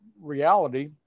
reality